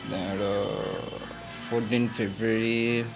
त्यहाँबाट fourteen February